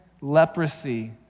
leprosy